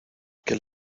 que